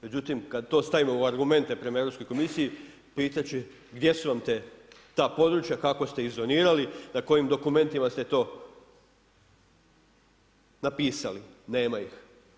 Međutim, kad to stavimo u argumente prema Europskoj komisiji, pitat će gdje su vam ta područja, kako ste iz zonirali, na kojim dokumentima ste to napisali, nema ih.